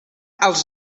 als